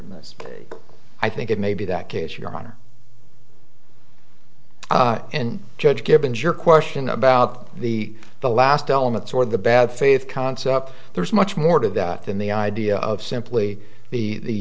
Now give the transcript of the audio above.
this i think it may be that case your honor and judge given your question about the the last elements or the bad faith concept there is much more to that than the idea of simply the